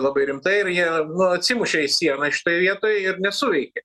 labai rimtai ir jie atsimušė į sieną šitoj vietoj ir nesuveikė